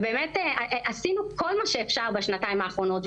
עשינו כל מה שאפשר בשנתיים האחרונות,